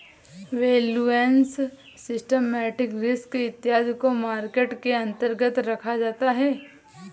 valuation, systematic risk इत्यादि को market के अंतर्गत रखा जाता है